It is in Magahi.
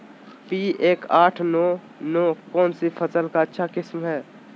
पी एक आठ नौ नौ कौन सी फसल का अच्छा किस्म हैं?